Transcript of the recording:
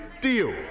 deal